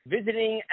visiting